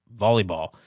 volleyball